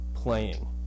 playing